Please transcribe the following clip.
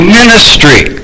ministry